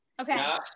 Okay